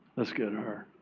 let's get her.